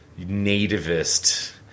nativist